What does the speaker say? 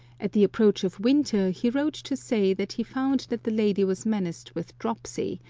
at the approach of winter he wrote to say that he found that the lady was menaced with dropsy,